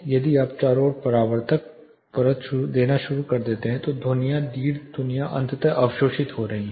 यदि आप चारों ओर परावर्तक परत देना शुरू करते हैं तो ये ध्वनियाँ दीर्घ ध्वनियाँ अंततः अवशोषित हो रही हैं